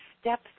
step